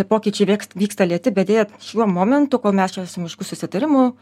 pokyčiai vėkst vyksta lėti bet deja šiuo momentu kol mes čia su mišku susitarimu